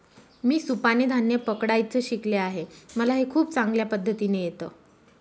मी सुपाने धान्य पकडायचं शिकले आहे मला हे खूप चांगल्या पद्धतीने येत